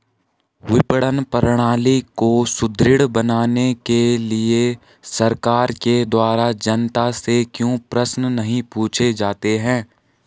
विपणन प्रणाली को सुदृढ़ बनाने के लिए सरकार के द्वारा जनता से क्यों प्रश्न नहीं पूछे जाते हैं?